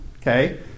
okay